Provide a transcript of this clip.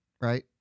right